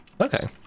Okay